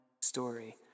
story